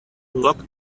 lock